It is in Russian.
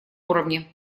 уровне